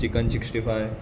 chicken sixty five